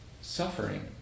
suffering